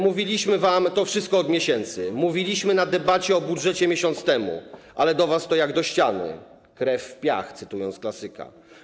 Mówiliśmy wam to wszystko od miesięcy, mówiliśmy w trakcie debaty o budżecie miesiąc temu, ale do was to jak do ściany, krew w piach, cytując klasyka.